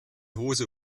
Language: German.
hose